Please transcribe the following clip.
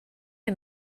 est